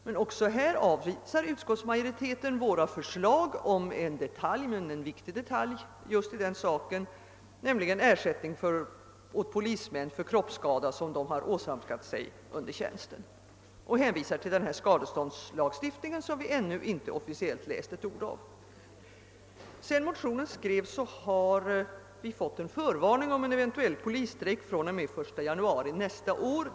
Men också här avvisar utskottsmajoriteten våra förslag om en detalj — men en viktig detalj just i denna fråga — nämligen ersättning åt polismän för kroppsskada, som de åsamkat sig under tjänsten, och hänvisar till denna skadeståndslagstiftning som vi ännu inte officiellt läst ett ord av. Sedan motionen skrevs har vi fått en förvarning om en eventuell polisstrejk fr.o.m. 1 januari nästa år.